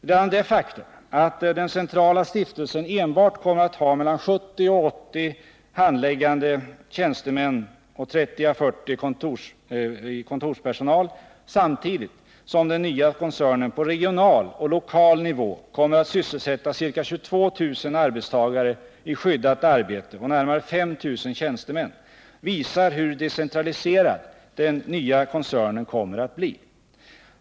Redan det faktum att den centrala stiftelsen kommer att ha endast 70-80 handläggande tjänstemän och 30-40 anställda som kontorspersonal, samtidigt som den nya koncernen på regional och lokal nivå kommer att sysselsätta ca 22 000 arbetstagare i skyddat arbete och närmare 5 000 tjänstemän, visar hur decentraliserad den nya koncernen kommer att bli.